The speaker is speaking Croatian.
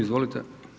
Izvolite.